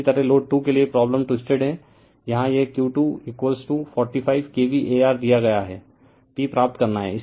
इसी तरह लोड 2 के लिए प्रॉब्लम ट्विस्टेड है यहाँ यह q2 45 kVAr दिया गया है P प्राप्त करना है